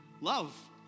Love